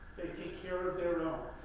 they take care of their own.